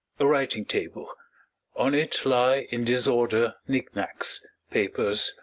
a writing-table. on it lie in disorder knick-knacks, papers,